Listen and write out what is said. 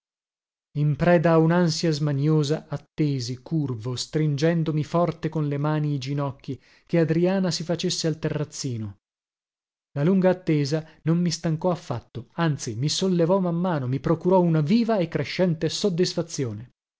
in preda a unansia smaniosa attesi curvo stringendomi forte con le mani i ginocchi che adriana si facesse al terrazzino la lunga attesa non mi stancò affatto anzi mi sollevò man mano mi procurò una viva e crescente soddisfazione